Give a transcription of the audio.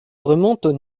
remontent